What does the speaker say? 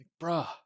bruh